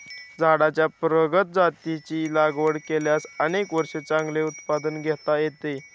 झाडांच्या प्रगत जातींची लागवड केल्यास अनेक वर्षे चांगले उत्पादन घेता येते